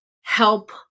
help